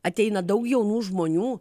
ateina daug jaunų žmonių